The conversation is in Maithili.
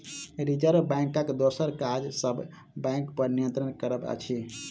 रिजर्व बैंकक दोसर काज सब बैंकपर नियंत्रण करब अछि